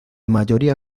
mayoría